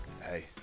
hey